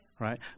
right